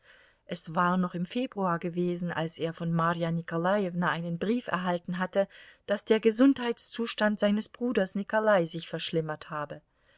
es war noch im februar gewesen als er von marja nikolajewna einen brief erhalten hatte daß der gesundheitszustand seines bruders nikolai sich verschlimmert habe